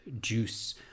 juice